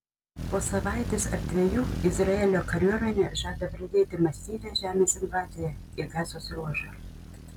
po savaitės ar dviejų izraelio kariuomenė žada pradėti masyvią žemės invaziją į gazos ruožą